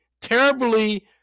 terribly